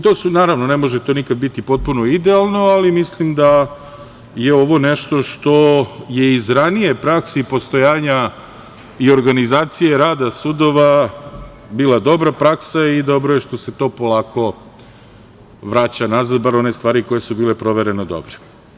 To naravno ne može nikada biti potpuno idealno, ali mislim da je ovo nešto što me iz ranije prakse i postojanja i organizacije rada sudova bila dobra praksa i dobro je što se to polako vraća nazad, bar one stari koje su bile provereno dobre.